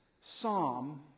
psalm